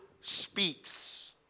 speaks